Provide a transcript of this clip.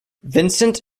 vincent